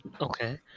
Okay